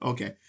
Okay